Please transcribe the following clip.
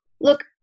look